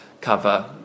cover